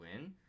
win